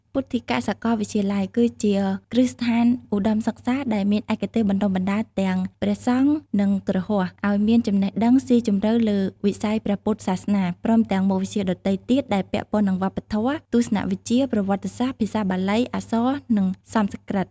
ពុទ្ធិកសាកលវិទ្យាល័យ គឺជាគ្រឹះស្ថានឧត្តមសិក្សាដែលមានឯកទេសបណ្តុះបណ្តាលទាំងព្រះសង្ឃ និងគ្រហស្ថ ឱ្យមានចំណេះដឹងស៊ីជម្រៅលើវិស័យព្រះពុទ្ធសាសនា ព្រមទាំងមុខវិជ្ជាដទៃទៀតដែលពាក់ព័ន្ធនឹងវប្បធម៌ ទស្សនវិជ្ជា ប្រវត្តិសាស្ត្រ ភាសាបាលី អក្សរ និងសំស្ក្រឹត។